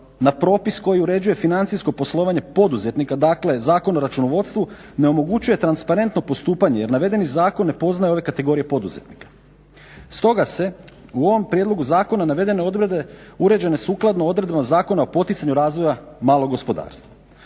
na propis koji uređuje financijsko poslovanje poduzetnika, dakle Zakon o računovodstvu ne omogućuje transparentno postupanje jer navedeni zakon ne poznaje ove kategorije poduzetnika. Stoga se u ovom prijedlogu zakona navedene odredbe uređene sukladno odredbama Zakona o poticanju razvoja malog gospodarstva.